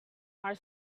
are